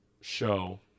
show